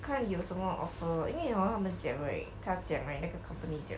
看有什么 offer 因为 hor 他们讲 right 他讲 right 那个 company 讲